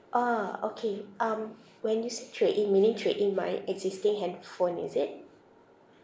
ah okay um when you say trade in meaning trade in my existing handphone is it